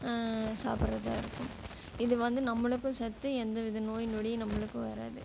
சாப்பிட்றதா இருக்கும் இது வந்து நம்மளுக்கும் சத்து எந்த வித நோய் நொடியும் நம்மளுக்கு வராது